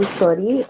sorry